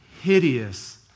hideous